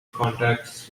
contacts